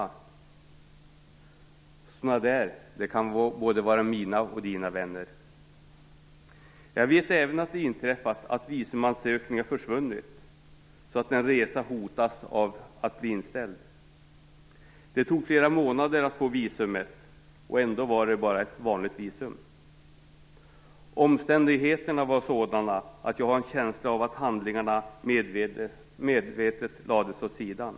Men "sådana där" kan vara både mina och dina vänner. Jag vet även att det inträffat att visumansökningar försvunnit. Därmed har hotet funnits att en resa kunde bli inställd. Det tog flera månader att få visumet. Ändå gällde det bara ett vanligt visum. Omständigheterna var sådana att jag har en känsla av att handlingarna medvetet lades åt sidan.